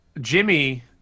Jimmy